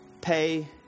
Pay